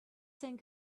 saying